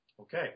Okay